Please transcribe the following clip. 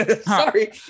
Sorry